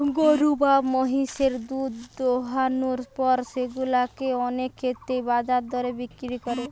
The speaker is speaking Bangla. গরু বা মহিষের দুধ দোহানোর পর সেগুলা কে অনেক ক্ষেত্রেই বাজার দরে বিক্রি করে